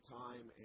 time